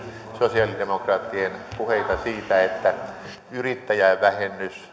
sosialidemokraattien puheita siitä että yrittäjävähennys